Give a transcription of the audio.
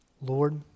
Lord